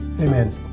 Amen